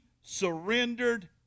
surrendered